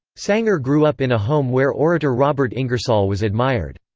sanger grew up in a home where orator robert ingersoll was admired.